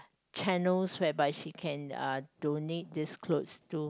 channels whereby she can uh donate these clothes to